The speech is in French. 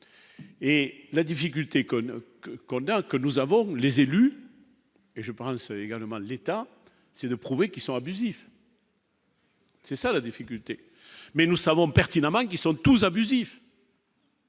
et la difficulté qu'on, que nous avons les élus et je pense également, l'État c'est de prouver qu'ils sont abusifs. C'est ça la difficulté mais nous savons pertinemment qu'ils sont tous abusif.